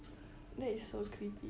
that is so creepy